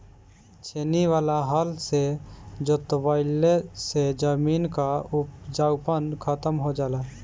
छेनी वाला हल से जोतवईले से जमीन कअ उपजाऊपन खतम हो जाला